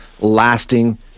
lasting